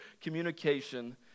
communication